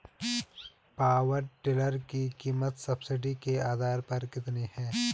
Power tiller की कीमत subsidy के आधार पर कितनी है?